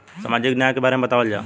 सामाजिक न्याय के बारे में बतावल जाव?